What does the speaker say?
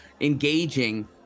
engaging